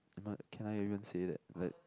but can I even say that like